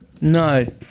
No